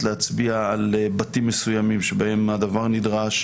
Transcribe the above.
להצביע על בתים מסוימים שבהם הדבר נדרש,